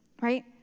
right